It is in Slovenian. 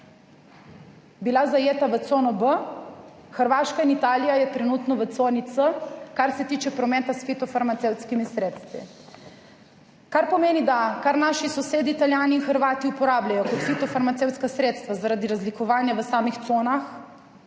bila zajeta v cono B, Hrvaška in Italija je trenutno v coni C, kar se tiče prometa s fitofarmacevtskimi sredstvi. Kar pomeni da, kar naši sosedi Italijani in Hrvati uporabljajo kot fitofarmacevtska sredstva zaradi razlikovanja v samih conah,